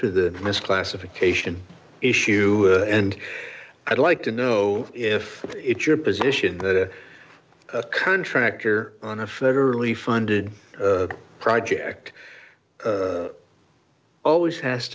to the misclassification issue and i'd like to know if it's your position that a contractor on a federally funded project always has